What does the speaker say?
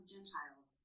Gentiles